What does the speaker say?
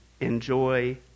Enjoy